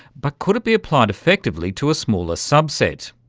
but could it be applied effectively to a smaller sub-set?